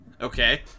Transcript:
Okay